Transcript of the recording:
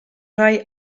rhai